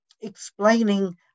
explaining